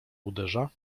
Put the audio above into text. uderza